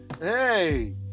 hey